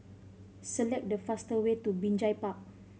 select the faster way to Binjai Park